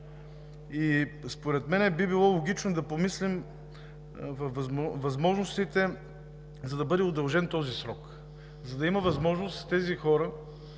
И според мен, би било логично да помислим за възможностите да бъде удължен този срок, за да има възможност тези хора